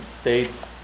states